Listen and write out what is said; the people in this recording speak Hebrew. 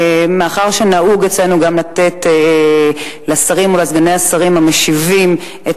מאחר שנהוג אצלנו גם לתת לשרים או לסגני השרים המשיבים את